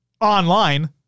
online